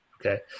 Okay